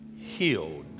healed